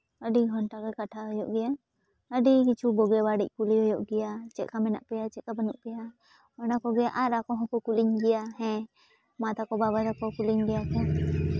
ᱟᱹᱰᱤ ᱜᱷᱚᱱᱴᱟᱜᱮ ᱠᱟᱛᱷᱟ ᱦᱩᱭᱩᱜ ᱜᱮᱭᱟ ᱟᱹᱰᱤ ᱠᱤᱪᱷᱩ ᱵᱩᱜᱤ ᱵᱟᱹᱲᱤᱡ ᱠᱩᱞᱤ ᱦᱩᱭᱩᱜ ᱜᱮᱭᱟ ᱪᱮᱫ ᱞᱮᱠᱟ ᱢᱮᱱᱟᱜ ᱯᱮᱭᱟ ᱪᱮᱫ ᱞᱮᱠᱟ ᱵᱟᱹᱱᱩᱜ ᱯᱮᱭᱟ ᱟᱨ ᱚᱱᱟ ᱠᱚᱜᱮ ᱟᱠᱚ ᱦᱚᱸᱠᱚ ᱠᱩᱞᱤᱧ ᱜᱮᱭᱟ ᱦᱮᱸ ᱢᱟ ᱛᱟᱠᱚ ᱵᱟᱵᱟ ᱛᱟᱠᱚ ᱠᱩᱞᱤᱧ ᱜᱮᱭᱟ